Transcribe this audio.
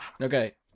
Okay